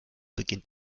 beginnt